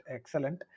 Excellent